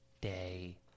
day